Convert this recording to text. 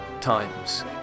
times